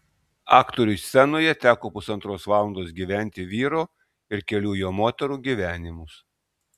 aktoriui scenoje teko pusantros valandos gyventi vyro ir kelių jo moterų gyvenimus